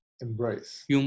embrace